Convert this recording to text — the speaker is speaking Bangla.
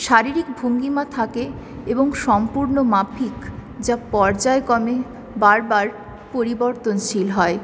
শারীরিক ভঙ্গিমা থাকে এবং সম্পূর্ণ মাফিক যা পর্যায়ক্রমে বারবার পরিবর্তনশীল হয়